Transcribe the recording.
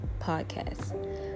podcast